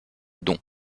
don